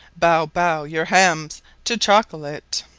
bow, bow your hamms to chocolate.